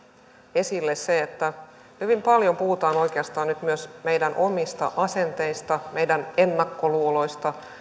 esille se että hyvin paljon puhutaan oikeastaan nyt myös meidän omista asenteistamme meidän ennakkoluuloistamme